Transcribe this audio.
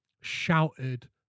shouted